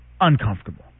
uncomfortable